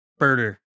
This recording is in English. birder